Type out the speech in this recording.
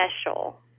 special